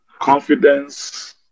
confidence